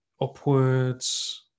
upwards